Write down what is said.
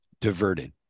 diverted